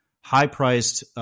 high-priced